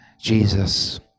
Jesus